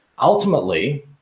ultimately